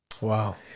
Wow